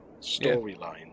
storyline